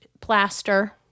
plaster